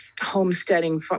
homesteading